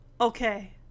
okay